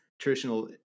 traditional